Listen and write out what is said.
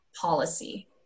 policy